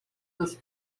dos